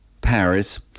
Paris